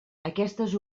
aquestes